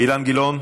אילן גילאון,